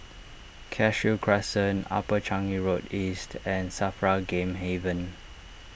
Cashew Crescent Upper Changi Road East and Safra Game Haven